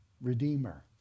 Redeemer